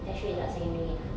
tertiary is what secondary ah